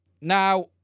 Now